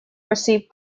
received